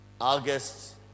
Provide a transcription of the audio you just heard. August